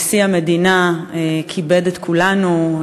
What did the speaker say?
נשיא המדינה כיבד את כולנו,